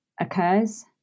occurs